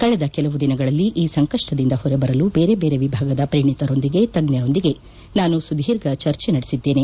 ಕಳೆದ ಕೆಲವು ದಿನಗಳಲ್ಲಿ ಈ ಸಂಕಷ್ನದಿಂದ ಹೊರಬರಲು ಬೇರೆ ಬೇರೆ ವಿಭಾಗದ ಪರಿಣಿತರೊಂದಿಗೆ ತಜ್ಞರೊಂದಿಗೆ ನಾನು ಸುದೀರ್ಘ ಚರ್ಚೆ ನಡೆಸಿದ್ದೇನೆ